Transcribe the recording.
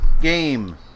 Game